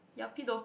yuppie